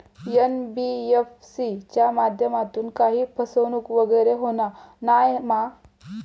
NBFC च्या माध्यमातून काही फसवणूक वगैरे होना नाय मा?